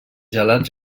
gelats